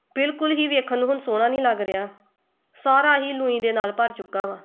ਬਿਲਕੁਲ ਹੀ ਵੇਖਣ ਨੂੰ ਹੁਣ ਸੋਹਣਾ ਨਹੀਂ ਲੱਗ ਰਿਹਾ ਸਾਰਾ ਹੀ ਲੂੰਈਂ ਦੇ ਨਾਲ ਭਰ ਚੁੱਕਾ ਵਾ